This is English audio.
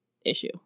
issue